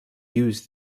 use